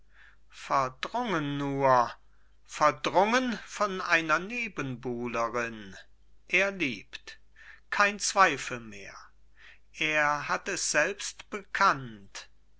verdrungen nur verdrungen von einer nebenbuhlerin er liebt kein zweifel mehr er hat es selbst bekannt